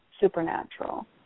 Supernatural